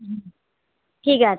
হুম ঠিক আছে